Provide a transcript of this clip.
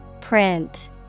Print